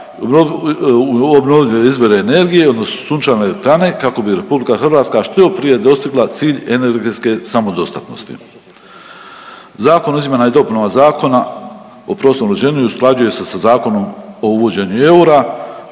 u obnovljive izvore energije odnosno sunčane elektrane kako bi RH što prije dostigla cilj energetske samodostatnosti. Zakon o izmjenama i dopunama Zakona o prostornom uređenju usklađuje se sa Zakonom o uvođenju eura,